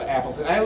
Appleton